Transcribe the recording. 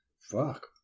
Fuck